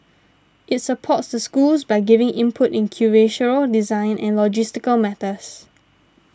it supports the schools by giving input in curatorial design and logistical matters